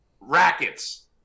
Rackets